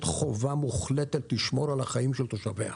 חובה מוחלטת לשמור על החיים של תושביה.